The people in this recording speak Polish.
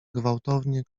gwałtownie